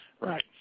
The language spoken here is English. Right